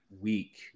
week